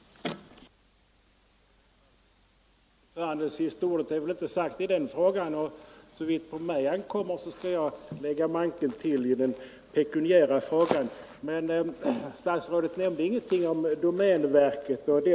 1 mars 1973